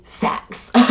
sex